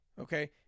Okay